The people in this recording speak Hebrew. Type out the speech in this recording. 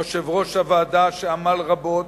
יושב-ראש הוועדה, שעמל רבות,